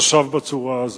חשב בצורה הזאת.